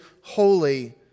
holy